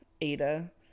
Ada